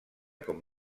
com